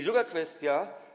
Druga kwestia.